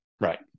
Right